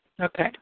Okay